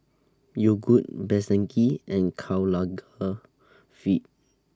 Yogood Best Denki and Karl Lagerfeld